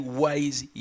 wise